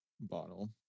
bottle